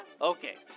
Okay